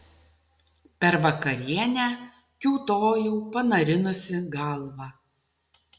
per vakarienę kiūtojau panarinusi galvą